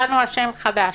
מצאנו אשם חדש.